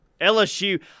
LSU